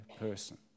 person